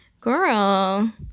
Girl